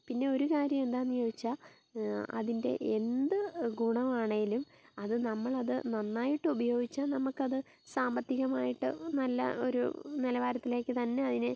പിന്നെ ഒരു കാര്യം എന്താന്ന് ചോദിച്ചാൽ അതിൻ്റെ എന്ത് ഗുണമാണേലും അത് നമ്മളത് നന്നായിട്ട് ഉപയോഗിച്ചാൽ നമുക്കത് സാമ്പത്തികമായിട്ട് നല്ല ഒരു നിലവാരത്തിലേക്ക് തന്നെ അതിനെ